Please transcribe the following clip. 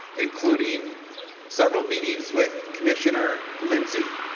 including several meetings with commissioner lindsay.